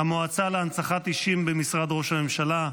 המועצה להנצחת אישים במשרד ראש הממשלה,